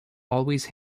always